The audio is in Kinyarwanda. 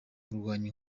kurwanya